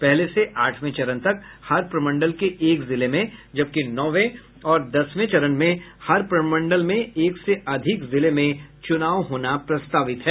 पहले से आठवें चरण तक हर प्रमंडल के एक जिले में जबकि नौवें और दसवें चरण में हर प्रमंडल में एक से अधिक जिले में चुनाव होना प्रस्तावित है